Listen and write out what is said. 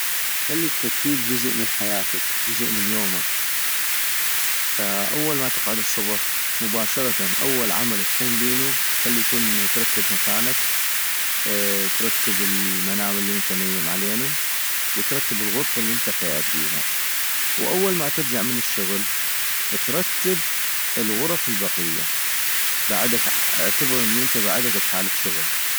خلي الترتيب جزء من حياتك، جزء من يومك - فأول ما تقعد الصبح مباشرةً، أول عمل تقوم بينو خلي يكون انو ترتب مكانك ترتب المنام الي انت نيم علينو واترتب الغرفة الي انت قيعد بيها، وأول ما ترجع من الشغل ترتب الغرف البقية، بعدك-اعتبر انو انت بعدك بحالة شغل